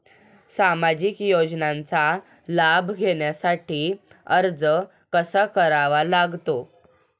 सामाजिक योजनांचा लाभ घेण्यासाठी अर्ज कसा करावा लागतो?